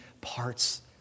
parts